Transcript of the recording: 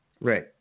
Right